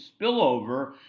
spillover